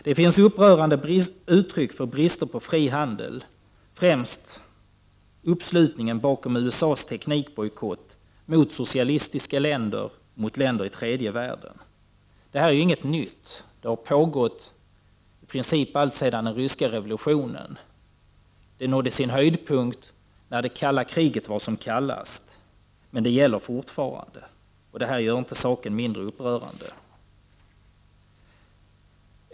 Det finns upprörande uttryck för brister i fri handel, främst uppslutning bakom USA:s teknikbojkott mot socialistiska länder och länder i tredje världen. Detta är inget nytt, utan det har pågått i princip sedan den ryska revolutionen. Det nådde sin höjdpunkt när det kalla kriget var som kallast, men det gäller fortfarande — vilket inte gör saken mindre upprörande.